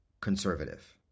conservative